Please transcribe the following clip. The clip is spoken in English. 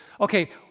Okay